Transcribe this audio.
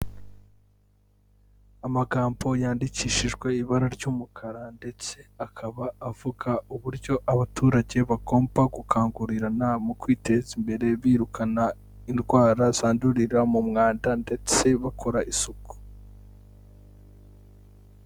Amagambo yandikishijwe ibara ry'umukara, ndetse akaba avuga uburyo abaturage bagomba gukangurirana mu kwiteza imbere birukana indwara zandurira mu mwanda, ndetse bakora isuku.